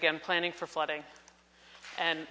again planning for flooding and